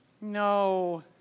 No